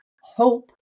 hope